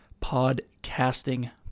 podcasting